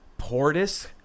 portis